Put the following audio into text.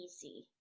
easy